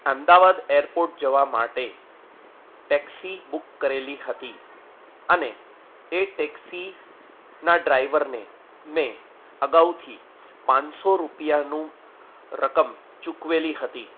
Ahmedabad airport જવા માટે taxi book કરેલી હતી અને એ ટેક્સીના ડ્રાઇવરને મેં અગાઉથી પાંચસો રૂપિયાનું રકમ ચૂકવેલી હતી